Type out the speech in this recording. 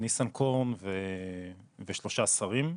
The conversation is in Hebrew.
ניסנקורן ושלושה שרים,